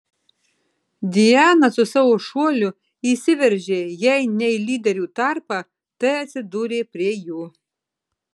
diana su savo šuoliu įsiveržė jei ne į lyderių tarpą tai atsidūrė prie jų